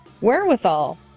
wherewithal